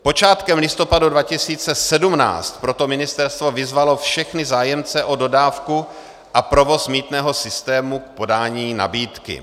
Počátkem listopadu 2017 proto ministerstvo vyzvalo všechny zájemce o dodávku a provoz mýtného systému k podání nabídky.